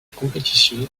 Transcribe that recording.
compétition